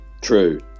True